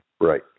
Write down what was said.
Right